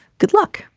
good luck.